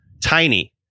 tiny